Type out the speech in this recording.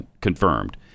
confirmed